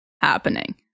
happening